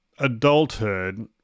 adulthood